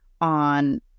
on